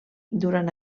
durant